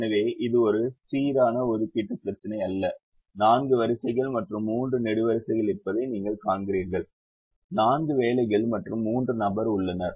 எனவே இது ஒரு சீரான ஒதுக்கீட்டு பிரச்சினை அல்ல 4 வரிசைகள் மற்றும் 3 நெடுவரிசைகள் இருப்பதை நீங்கள் காண்கிறீர்கள் 4 வேலைகள் மற்றும் 3 பேர் உள்ளனர்